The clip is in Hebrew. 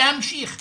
להמשיך במאמצים,